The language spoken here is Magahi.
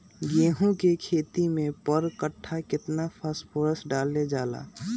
गेंहू के खेती में पर कट्ठा केतना फास्फोरस डाले जाला?